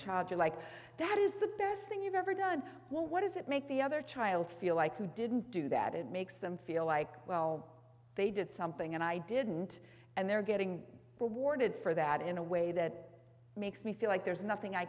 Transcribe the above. child you like that is the best thing you've ever done well what does it make the other child feel like you didn't do that it makes them feel like well they did something and i didn't and they're getting rewarded for that in a way that makes me feel like there's nothing i